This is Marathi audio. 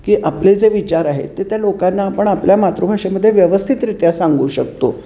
की आपले जे विचार आहेत ते त्या लोकांना आपण आपल्या मातृभाषेमध्ये व्यवस्थितरित्या सांगू शकतो